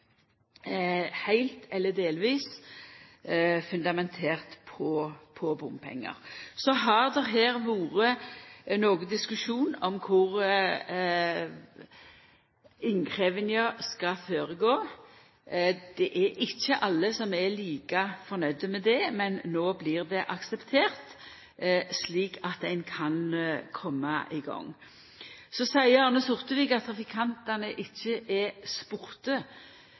heilt eller delvis, på bompengar. Så har det her vore diskusjon om kor innkrevjinga skal vera. Det er ikkje alle som er like fornøgde med det, men no blir det akseptert, slik at ein kan koma i gang. Så seier Arne Sortevik at trafikantane ikkje er